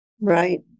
Right